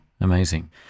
Amazing